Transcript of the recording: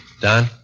Don